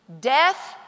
Death